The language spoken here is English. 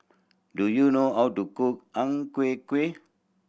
do you know how to cook Ang Ku Kueh